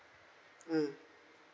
mm